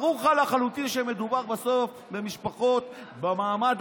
ברור לך לחלוטין שמדובר בסוף במשפחות במעמד